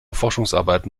forschungsarbeiten